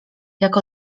jak